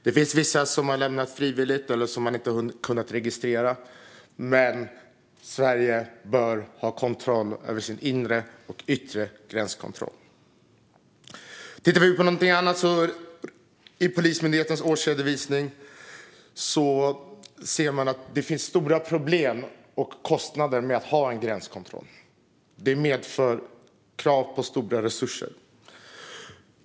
Det finns vissa som har lämnat landet frivilligt eller som man inte har kunnat registrera, men Sverige bör ha kontroll över sin inre och yttre gränskontroll. Vi kan titta på någonting annat. I Polismyndighetens årsredovisning ser man att det finns stora problem och kostnader med att ha en gränskontroll. Det medför krav på stora resurser.